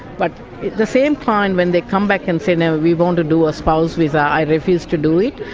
but the same client, when they come back and say, now we want to do ah spouse visa i refuse to do it,